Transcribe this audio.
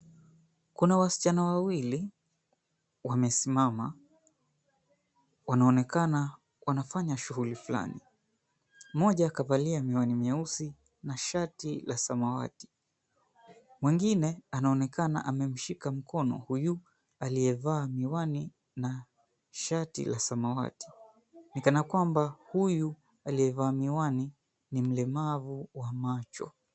Kuna wasichana wawili wamesimama wanaonekana wanafanya shughuli fulani. Mmoja kavalia miwani nyeusi na shati la samawati. Mwengine anaonekana amemshika mkono huyu aliyevaa miwani na shati la samawati ni kanakwamba huyu aliyevaa miwani ni mlemavu wa macho.